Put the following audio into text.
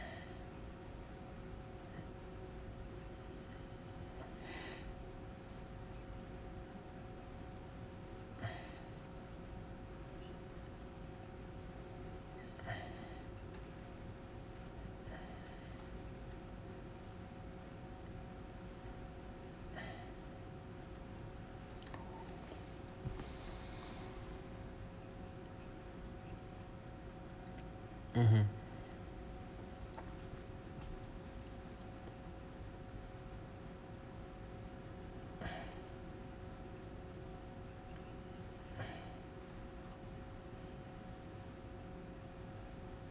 mmhmm